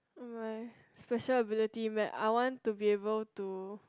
I am like special ability that I want to be able to